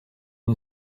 you